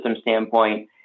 standpoint